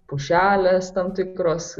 pušelės tam tikros